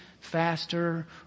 faster